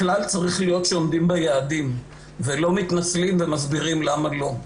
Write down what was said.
הכלל צריך להיות שעומדים ביעדים ולא מתנצלים ומסבירים למה לא.